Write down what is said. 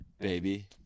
Baby